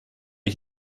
ich